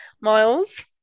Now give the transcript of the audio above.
Miles